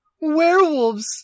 werewolves